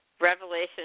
Revelation